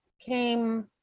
came